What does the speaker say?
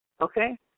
Okay